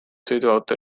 sõiduauto